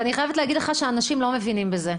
ואני חייבת להגיד לך שאנשים לא מבינים בזה.